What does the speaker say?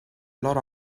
loro